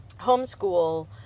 homeschool